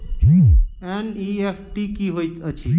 NEFT की होइत अछि?